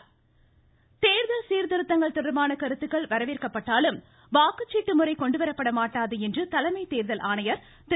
தேர்தல் சீர்திருத்தங்கள் மாநாடு தோதல் சீர்திருத்தங்கள் தொடர்பான கருத்துக்கள் வரவேற்கப்பட்டாலும் வாக்குச்சீட்டு முறை கொண்டுவரப்பட மாட்டாது என்று தலைமை தேர்தல் ஆணையர் திரு